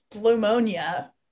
pneumonia